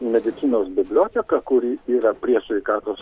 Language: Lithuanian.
medicinos biblioteką kuri yra prie sveikatos